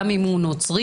גם אם הוא נוצרי,